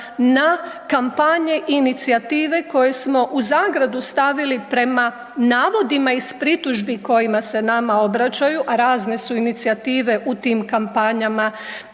na kampanje i inicijative koje smo u zagradu stavili prema navodima iz pritužbi kojima se nama obraćaju, a razne su inicijative u tim kampanjama,